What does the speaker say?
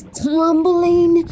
tumbling